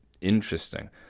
Interesting